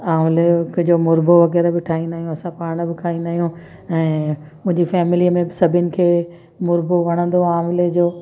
आवले जो कजो मुरबो वग़ैरह बि ठाहींदा आहियूं असां पाण बि खाईंदा आहियूं ऐं मुंहिंजी फैमिलीअ में बि सभिनि खे मुरबो वणंदो आहे आवले जो